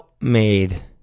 made